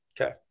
Okay